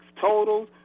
total